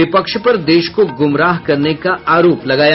विपक्ष पर देश को गुमराह करने का आरोप लगाया